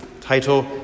title